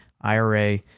IRA